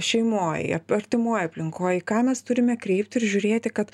šeimoj artimoj aplinkoj į ką mes turime kreipti ir žiūrėti kad